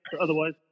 otherwise